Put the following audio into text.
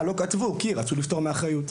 כי רצו לפטור מאחריות.